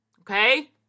okay